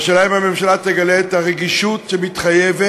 והשאלה היא אם הממשלה תגלה את הרגישות המתחייבת